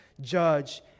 judge